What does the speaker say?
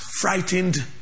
frightened